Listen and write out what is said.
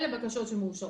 אלה בקשות שמאושרות.